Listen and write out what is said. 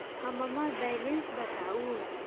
हम्मर बैलेंस बताऊ